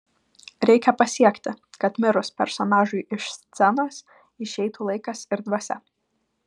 reikia pasiekti kad mirus personažui iš scenos išeitų laikas ir dvasia